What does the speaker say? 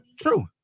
True